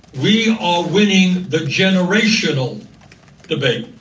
we are winning the generational debate.